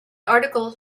article